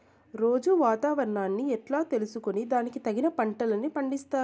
రోజూ వాతావరణాన్ని ఎట్లా తెలుసుకొని దానికి తగిన పంటలని పండిస్తారు?